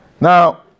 Now